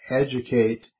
educate